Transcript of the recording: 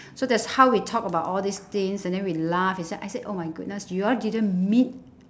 so that's how we talk about all these things and then we laugh I said I said oh my goodness you all didn't meet